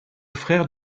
frère